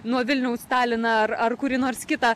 nuo vilniaus taliną ar ar kurį nors kitą